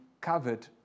covered